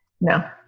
No